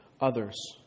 others